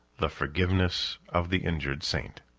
the forgiveness of the injured saint.